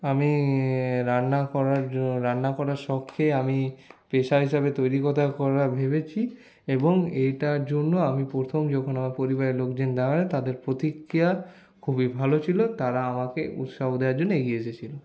আমি রান্না করার রান্না করার শখকে আমি পেশা হিসাবে তৈরি করার কথা ভেবেছি এবং এইটার জন্য আমি প্রথম যখন আমার পরিবারের লোকজন জানায় তাদের প্রতিক্রিয়া খুবই ভালো ছিল তারা আমাকে উৎসাহ দেওয়ার জন্য এগিয়ে এসেছিল